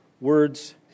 words